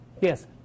Yes